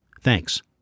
Thanks